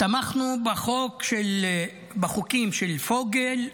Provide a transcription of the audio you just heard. תמכנו בחוקים של פוגל,